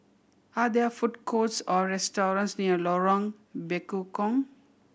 are there food courts or restaurants near Lorong Bekukong